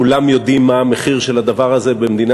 כולם יודעים מה המחיר של הדבר הזה במדינה